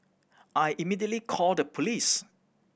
I immediately called the police